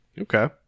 Okay